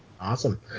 Awesome